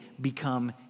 become